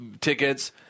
tickets